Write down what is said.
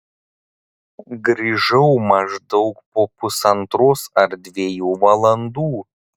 grįžau maždaug po pusantros ar dviejų valandų